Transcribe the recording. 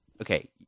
okay